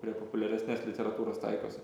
prie populiaresnės literatūros taikosi